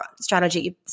strategy